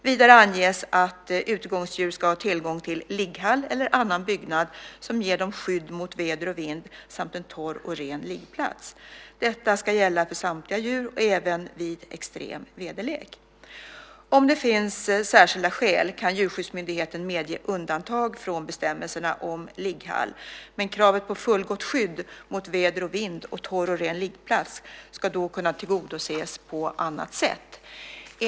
Vidare anges att utegångsdjur ska ha tillgång till ligghall eller annan byggnad som ger dem skydd mot väder och vind samt en torr och ren liggplats. Detta ska gälla för samtliga djur och även vid extrem väderlek. Om det finns särskilda skäl kan Djurskyddsmyndigheten medge undantag från bestämmelserna om ligghall men kravet på fullgott skydd mot väder och vind och torr och ren liggplats ska då kunna tillgodoses på annat sätt.